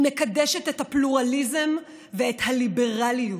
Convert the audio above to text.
היא מקדשת את הפלורליזם ואת הליברליות,